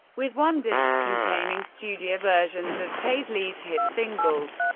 with one disc containing studio versions of paisley's hit singles,